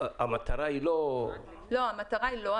המטרה היא לא --- המטרה היא לא.